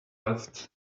left